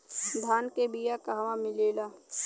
धान के बिया कहवा मिलेला?